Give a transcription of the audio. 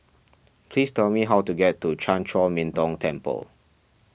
please tell me how to get to Chan Chor Min Tong Temple